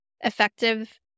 effective